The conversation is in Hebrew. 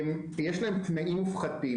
שיש להם תנאים מופחתים,